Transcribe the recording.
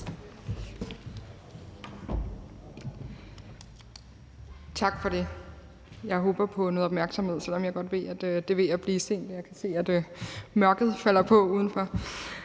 Tak for det. Jeg håber på noget opmærksomhed, selv om jeg godt ved, at det er ved at blive sent, og jeg kan se, at mørket falder på udenfor.